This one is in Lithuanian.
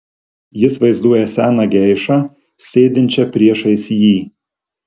jis vaizduoja seną geišą sėdinčią priešais jį